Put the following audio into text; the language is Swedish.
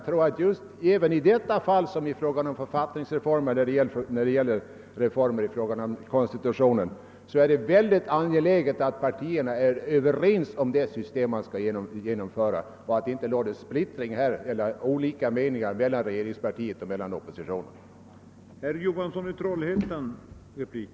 Det är i detta liksom i fråga om reformens andra konstitutionella reformer angeläget att partierna är överens om det system vi vill genomföra, att det inte råder delade meningar mellan regeringspartiet och oppositionen om spelets regler.